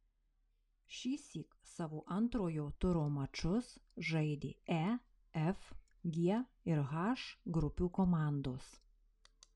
šįsyk savo antrojo turo mačus žaidė e f g ir h grupių komandos